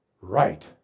Right